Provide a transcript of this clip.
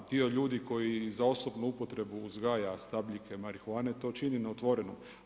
Dio ljudi koji za osobnu upotrebu uzgaja stabljike marihuane to čini na otvorenom.